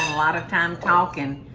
lot of time talking.